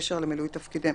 בקשר למילוי תפקידיהם.